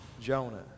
Jonah